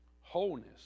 Wholeness